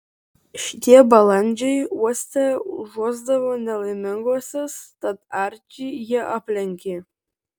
šitie balandžiai uoste užuosdavo nelaiminguosius tad arčį jie aplenkė